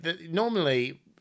Normally